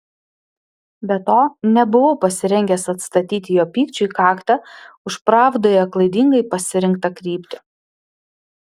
be to nebuvau pasirengęs atstatyti jo pykčiui kaktą už pravdoje klaidingai pasirinktą kryptį